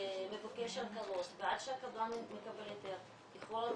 ומבקש הקלות ועד הקבלן מקבל היתר יכולים